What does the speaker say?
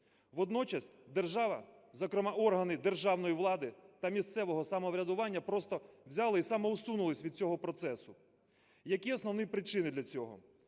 Водночас держава, зокрема органи державної влади та місцевого самоврядування, просто взяла і самоусунулася від цього процесу. Які основні причини для цього?